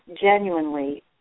genuinely